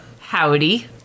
Howdy